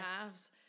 halves